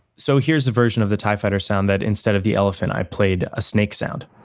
so here's the version of the tie fighter sound that, instead of the elephant, i played a snake sound.